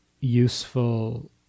useful